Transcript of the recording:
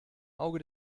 auge